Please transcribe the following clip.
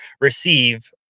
receive